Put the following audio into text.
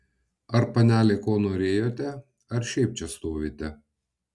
ar panelė ko norėjote ar šiaip čia stovite